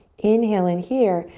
inhale in here.